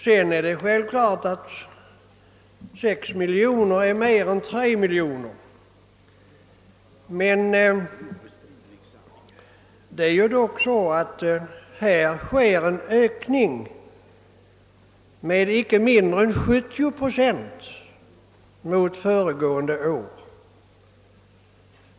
Sedan är det ändå obestridligt att 5 miljoner kronor är mer än 3 miljoner. Här sker emellertid ändå en ökning med inte mindre än 70 procent jäm fört med föregående år.